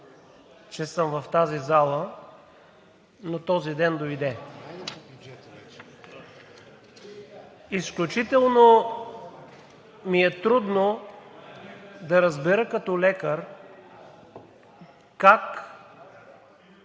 че съм в тази зала, но този ден дойде. Изключително ми е трудно да разбера като лекар как